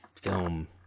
film